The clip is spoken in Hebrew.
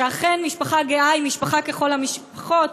שאכן משפחה גאה היא משפחה ככל המשפחות.